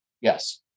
Yes